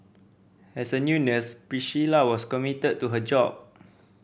as a new nurse Priscilla was committed to her job